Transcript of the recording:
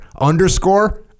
Underscore